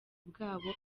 bwabo